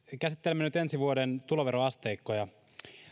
käsittelemme nyt ensi vuoden tuloveroasteikkoja